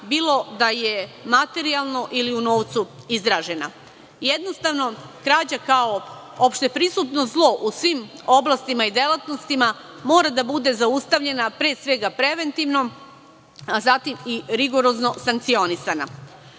bilo da je materijalno ili u novcu izražena. Jednostavno krađa kao opšte prisutno zlo u svim oblastima i delatnostima mora da bude zaustavljena, pre svega preventivno, a zatim rigorozno sankcionisana. Sledeći